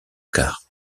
quarts